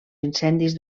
incendis